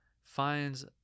finds